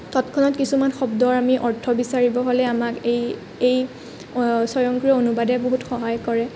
তৎক্ষণাত কিছুমান শব্দৰ আমি অৰ্থ বিচাৰিব হ'লে আমাক এই এই স্বয়ংক্ৰিয় অনুবাদে বহুত সহায় কৰে